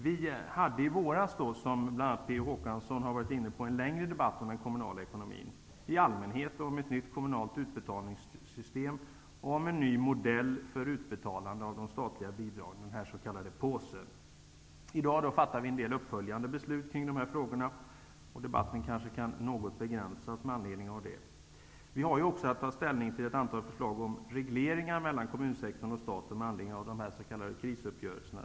Vi hade i våras, som bl.a. P O Håkansson nämnde, en längre debatt om den kommunala ekonomin i allmänhet, om ett nytt kommunalt utbetalningssystem och om en ny modell för utbetalande av de statliga bidragen -- den s.k. påsen. I dag fattar vi en del uppföljande beslut kring dessa frågor. Med anledning därav kan debatten därför kanske begränsas något. Vi har att ta ställning till ett antal förslag om regleringar mellan kommunsektorn och staten med anledning av de s.k. krisuppgörelserna.